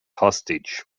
hostage